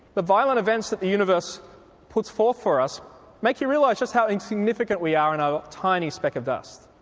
the violent events that the universe puts forth for us make you realise just how insignificant we are in our tiny speck of dust,